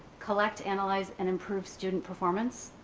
collect, analyze and improve student performance.